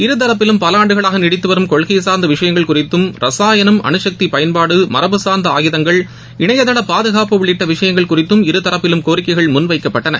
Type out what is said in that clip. இருதரப்பிலும் பல ஆண்டுகளாக நீடித்துவரும் கொள்கை சார்ந்த விஷயங்கள் குறித்தும் ரசாயனம் அனுசக்தி பயன்பாடு மரபு சார்ந்த ஆயுதங்கள் இணையதள பாதுகாப்பு உள்ளிட்ட விஷயங்கள் குறித்தும் இருதரப்பிலும் கோரிக்கைகள் முன் வைக்கப்பட்டன